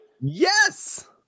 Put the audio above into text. Yes